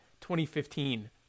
2015